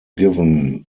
given